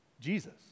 Jesus